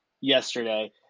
yesterday